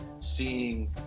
seeing